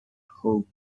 hope